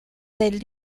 del